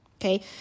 Okay